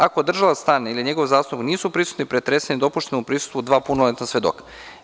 Ako držalac stana ili njegov zastupnik nisu prisutni pretresanje je dopušteno u prisustvu dva punoletna svedoka.